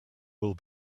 will